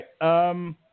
right